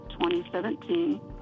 2017